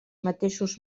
mateixos